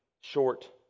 short